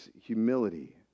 humility